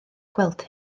gweld